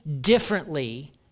differently